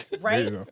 right